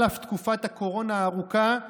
על אף תקופת הקורונה הארוכה,